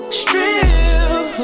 strip